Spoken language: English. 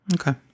Okay